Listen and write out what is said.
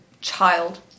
Child